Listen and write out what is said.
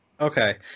Okay